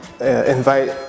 invite